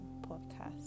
podcast